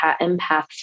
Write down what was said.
empaths